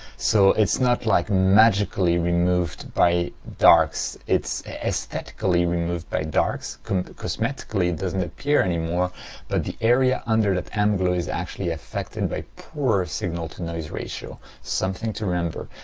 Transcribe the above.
so it's not like magically removed by darks. it's aesthetically removed by darks cosmetically it doesn't appear anymore but the area under the amp glow is actually affected by poor signal-to-noise ratio. something to remember.